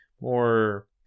more